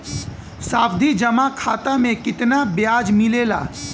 सावधि जमा खाता मे कितना ब्याज मिले ला?